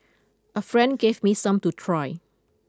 a friend gave me some to try